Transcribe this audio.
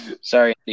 sorry